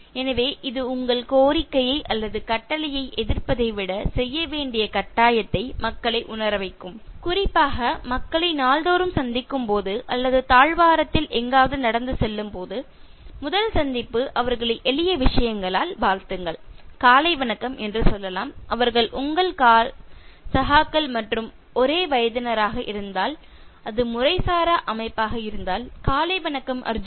எனவே இது உங்கள் கோரிக்கையை அல்லது கட்டளையை எதிர்ப்பதை விட செய்ய வேண்டிய கட்டாயத்தை மக்களை உணர வைக்கும் குறிப்பாக மக்களை நாள்தோறும் சந்திக்கும் போது அல்லது தாழ்வாரத்தில் எங்காவது நடந்து செல்லும்போது முதல் சந்திப்பு அவர்களை எளிய விஷயங்களால் வாழ்த்துங்கள் "காலை வணக்கம்" என்று சொல்லலாம் அவர்கள் உங்கள் சகாக்கள் மற்றும் ஒரே வயதினராக இருந்தால் அது முறைசாரா அமைப்பாக இருந்தால் "காலை வணக்கம் அர்ஜுன்